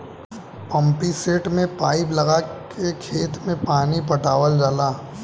pumpset में pipe लगा के खेत में पानी पटावल जाला